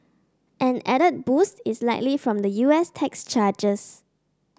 an added boost is likely from the U S tax changes